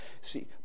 See